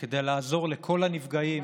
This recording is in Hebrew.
כדי לעזור לכל הנפגעים